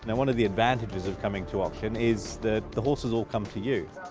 and one of the advantages of coming to auction is that the horses all come to you.